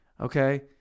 Okay